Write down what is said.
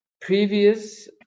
previous